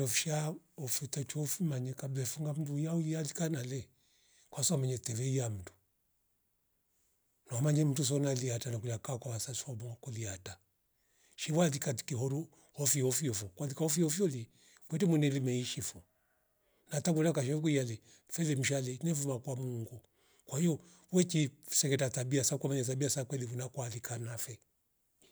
Hofsha hofu tatiyofu fumanyika bila funga mndu yauya likanale kwaso menyu tivie yamdu. Nomanye mndu sonalia hata likunaria kaa kwasa shobo kuli hata, shiwalika katike horu hofi hofio ofyvo kwalika ofyo fyole kwete muni rimeishi vo na tangula kazsho kwiyali firi mshale nivuma kwa mungu kwa hio kweche fsengeta tabia za kwemene sabia sa kweli vuna kualika nave